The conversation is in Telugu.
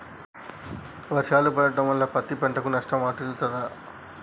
వర్షాలు పడటం వల్ల పత్తి పంటకు నష్టం వాటిల్లుతదా?